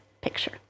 picture